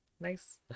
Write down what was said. Nice